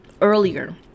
earlier